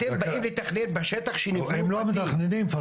אתם באים לתכנן בשטח שניבנו בתים?